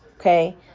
okay